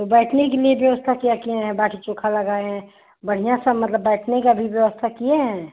तो बैठने के लिए जो उसका क्या किए हैं बाटी चोखा है बढ़िया सा मतलब बैठने का भी व्यवस्था किए हैं